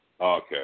Okay